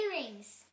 Earrings